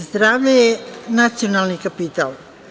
Zdravlje je nacionalni kapital.